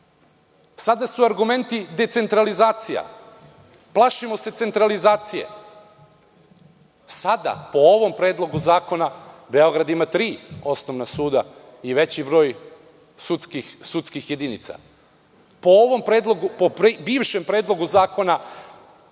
su argumenti – decentralizacija. Plašimo se centralizacije. Sada, po ovom predlogu zakona, Beograd ima tri osnovna suda i veći broj sudskih jedinica. Po bivšem predlogu zakona,